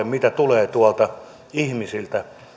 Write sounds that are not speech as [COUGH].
[UNINTELLIGIBLE] mitä tulee tuolta ihmisiltä